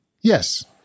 yes